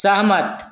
सहमत